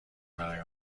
برای